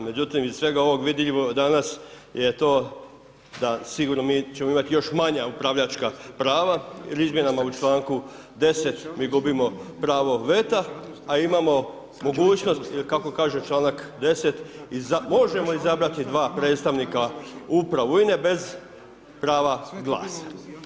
Međutim iz svega ovog vidljivog danas je to da sigurno mi ćemo imati još manja upravljačka prava jer izmjenama u članku 10. mi gubimo pravo veta, a imamo mogućnost kako kaže članak 10. i možemo izabrati dva predstavnika u upravu INA-e bez prava glasa.